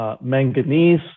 manganese